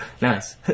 Nice